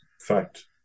fact